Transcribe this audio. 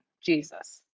jesus